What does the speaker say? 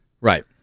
Right